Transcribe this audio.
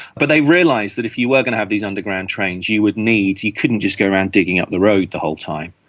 but they realised that if you were going to have these underground trains you would need, you couldn't just go around digging up the road the whole time,